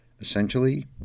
Essentially